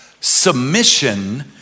Submission